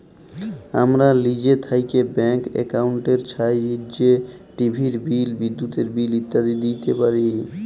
আমরা লিজে থ্যাইকে ব্যাংক একাউল্টের ছাহাইয্যে টিভির বিল, বিদ্যুতের বিল ইত্যাদি দিইতে পারি